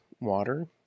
water